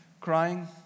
crying